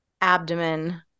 abdomen